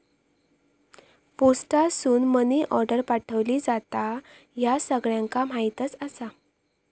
पोस्टासून money order पाठवली जाता, ह्या सगळ्यांका माहीतच आसा